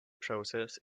process